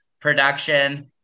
production